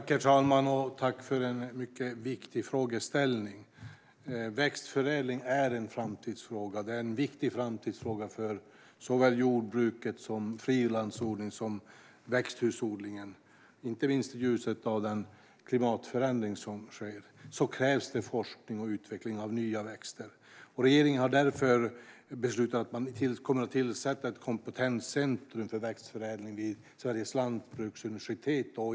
Herr talman! Tack för en mycket viktig frågeställning! Växtförädling är en viktig framtidsfråga för såväl jordbruket som frilandsodlingen och växthusodlingen. Inte minst i ljuset av den klimatförändring som sker krävs forskning och utveckling av nya växter. Regeringen har därför beslutat att tillsätta ett kompetenscentrum för växtförädling vid Sveriges lantbruksuniversitet.